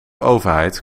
overheid